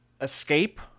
escape